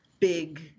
big